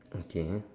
okay